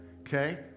okay